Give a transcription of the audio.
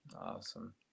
Awesome